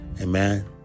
Amen